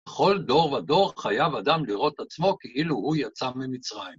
בכל דור ודור חייב אדם לראות עצמו כאילו הוא יצא ממצרים.